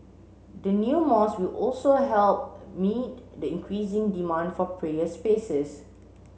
the new mosque will also help meet the increasing demand for prayer spaces